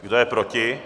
Kdo je proti?